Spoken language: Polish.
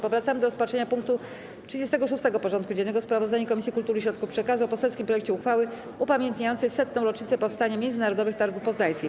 Powracamy do rozpatrzenia punktu 36. porządku dziennego: Sprawozdanie Komisji Kultury i Środków Przekazu o poselskim projekcie uchwały upamiętniającej 100. rocznicę powstania Międzynarodowych Targów Poznańskich.